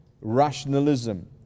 rationalism